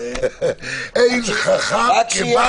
אין חכם כבעל הניסיון.